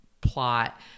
plot